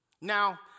Now